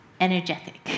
energetic